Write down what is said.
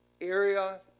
area